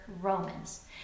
Romans